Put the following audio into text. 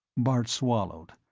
bart swallowed,